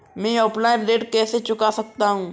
मैं ऑफलाइन ऋण कैसे चुका सकता हूँ?